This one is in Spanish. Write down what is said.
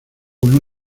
con